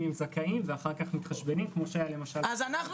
שהם זכאים ואחר כך מתחשבנים איתם --- אז אנחנו